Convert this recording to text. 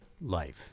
life